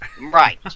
Right